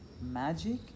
Magic